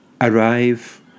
Arrive